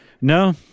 No